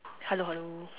hello hello